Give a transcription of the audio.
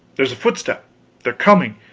there's a footstep they're coming.